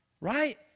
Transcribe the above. right